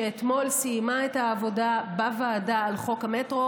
שאתמול סיימה את העבודה בוועדה על חוק המטרו